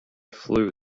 flew